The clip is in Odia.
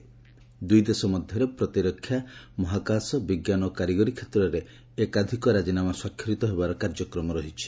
ଦୁଇଦେଶ ମଧ୍ୟରେ ପ୍ରତିରକ୍ଷା ମହାକାଶ ବିଜ୍ଞାନ ଓ କାରିଗରି କ୍ଷେତ୍ରରେ ଏକାଧିକ ରାଜିନାମା ସ୍ୱାକ୍ଷରିତ ହେବାର କାର୍ଯ୍ୟକ୍ମ ରହିଛି